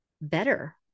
better